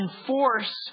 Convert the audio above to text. enforce